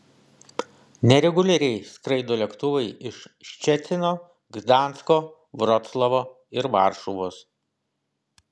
nereguliariai skraido lėktuvai iš ščecino gdansko vroclavo ir varšuvos